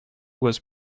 was